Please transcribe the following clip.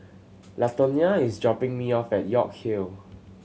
Latonya is dropping me off at York Hill